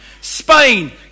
Spain